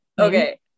Okay